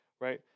right